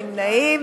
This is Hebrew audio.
אין נמנעים.